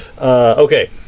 Okay